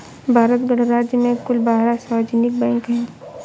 भारत गणराज्य में कुल बारह सार्वजनिक बैंक हैं